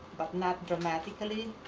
but not dramatically.